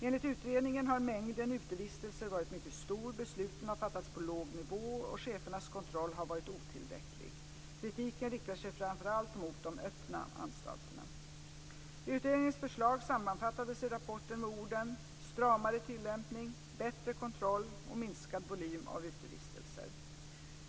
Enligt utredningen har mängden utevistelser varit mycket stor, besluten har fattats på låg nivå och chefernas kontroll har varit otillräcklig. Kritiken riktar sig framför allt mot de öppna anstalterna. Utredningens förslag sammanfattas i rapporten med orden "stramare tillämpning, bättre kontroll och minskad volym av utevistelser".